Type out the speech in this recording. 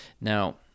Now